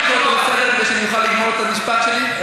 האם תוכל לקרוא אותו לסדר כדי שאוכל לגמור את המשפט שלי?